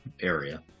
area